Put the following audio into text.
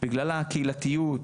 בגלל הקהילתיות,